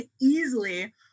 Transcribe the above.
easily